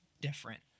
different